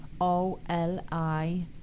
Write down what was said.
O-L-I